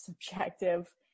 subjective